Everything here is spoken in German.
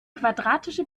quadratische